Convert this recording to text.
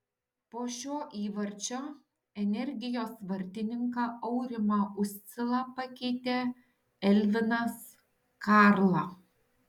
po šio įvarčio energijos vartininką aurimą uscilą pakeitė elvinas karla